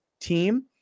team